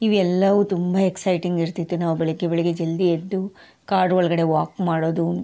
ಇವೆಲ್ಲವು ತುಂಬಾ ಎಕ್ಸೈಟಿಂಗ್ ಇರ್ತಿತ್ತು ನಾವು ಬೆಳಗ್ಗೆ ಬೆಳಗ್ಗೆ ಜಲ್ದಿ ಎದ್ದು ಕಾಡು ಒಳಗಡೆ ವಾಕ್ ಮಾಡೋದು